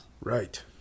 Right